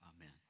Amen